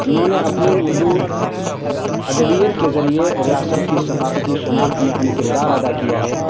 انہوں نے اپنی اردو ادبیت کے ذریعے ریاست کی ثقافتی شناخت میں اہم کردار ادا کیا ہے